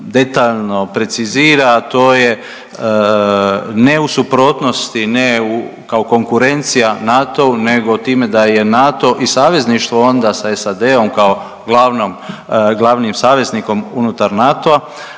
detaljno precizira, a to je ne u suprotnosti, ne u kao konkurencija NATO-u nego time da je NATO i savezništvo onda sa SAD-om kao glavnom, glavnim saveznikom unutar NATO-a,